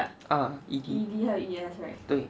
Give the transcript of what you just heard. ah E D 对